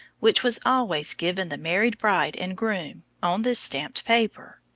which was always given the married bride and groom, on this stamped paper.